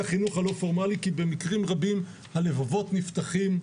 החינוך הלא פורמלי כי במקרים רבים הלבבות נפתחים,